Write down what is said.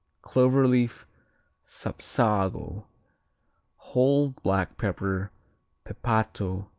cloverleaf sapsago whole black pepper pepato,